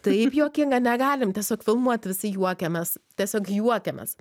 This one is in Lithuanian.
taip juokinga negalim tiesiog filmuot visi juokiamės tiesiog juokiamės